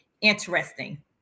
interesting